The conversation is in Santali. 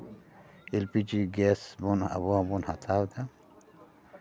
ᱮᱞ ᱯᱤ ᱡᱤ ᱜᱮᱥ ᱵᱚᱱ ᱟᱵᱚᱦᱚᱵᱚᱱ ᱦᱟᱛᱟᱣ ᱮᱫᱟ